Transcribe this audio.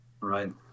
right